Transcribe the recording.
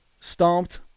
stomped